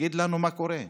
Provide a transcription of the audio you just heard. תגיד לנו מה קורה.